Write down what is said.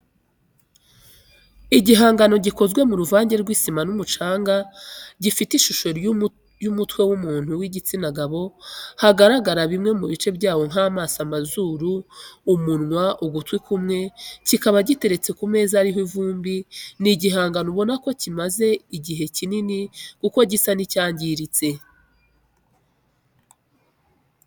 Igihangano gikoze mu ruvange rw'isima n'umucanga gifite ishusho y'umutwe w'umuntu w'igitsina gabo hagaragara bimwe mu bice byawo nk'amaso amazuru, umunwa ugutwi kumwe kikaba giteretse ku meza ariho ivumbi ni igihangano ubona ko kimaze igihe kinini kuko gisa n'icyangiritse.